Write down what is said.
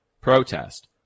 Protest